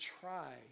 try